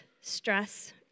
stress